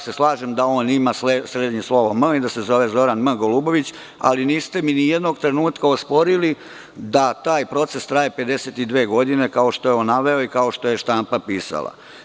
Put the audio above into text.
Slažem se da on ima srednje slovo M i da se zove Zoran M. Golubović, ali niste mi ni jednog trenutka osporili da taj proces traje 52 godine, kao što je on naveo i kao što je štampa pisala.